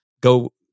Go